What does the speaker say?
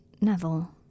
Neville